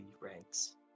ranks